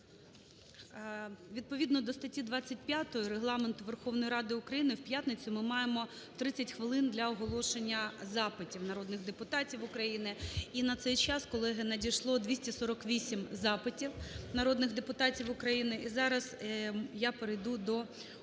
Відповідно до статті 25 Регламенту Верховної Ради України в п'ятницю ми маємо 30 хвилин для оголошення запитів народних депутатів України. І на цей час, колеги, надійшло 248 запитів народних депутатів України. І зараз я перейду до оголошення